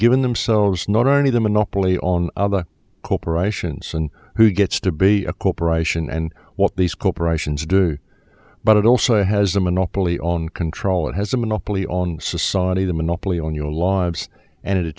given themselves not only the monopoly on corporations and who gets to be a corporation and what these corporations do but it also has a monopoly on control it has a monopoly on society the monopoly on your lives and it